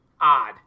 odd